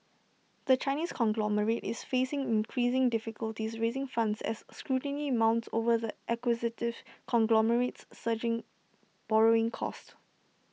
the Chinese conglomerate is facing increasing difficulties raising funds as scrutiny mounts over the acquisitive conglomerate's surging borrowing costs